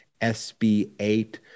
SB8